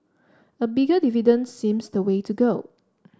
a bigger dividend seems the way to go